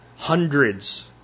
hundreds